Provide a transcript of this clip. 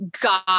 god